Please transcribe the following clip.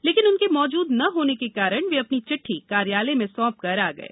लेकिन उनके मौजूद न होने के कारण वे अपनी चिद्ठी कार्यालय में सौंपकर आ गये